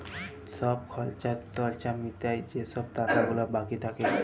ছব খর্চা টর্চা মিটায় যে ছব টাকা গুলা বাকি থ্যাকে